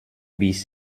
bis